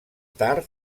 tard